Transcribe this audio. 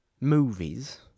movies